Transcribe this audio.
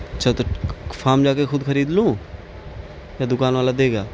اچھا تو فام جا کے خود خرید لوں یا دکان والا دے گا